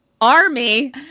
Army